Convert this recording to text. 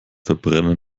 verbrenner